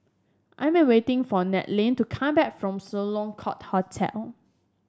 I'm waiting for Nannette to come back from Sloane Court Hotel